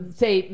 say